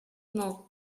know